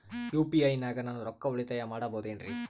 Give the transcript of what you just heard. UPI ನಾಗ ನಾನು ರೊಕ್ಕ ಉಳಿತಾಯ ಮಾಡಬಹುದೇನ್ರಿ?